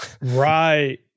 Right